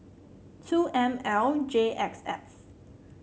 two M L J X F